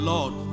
Lord